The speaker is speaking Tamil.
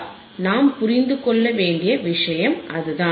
நாம் புரிந்து கொள்ள வேண்டிய விஷயம் அதுதான்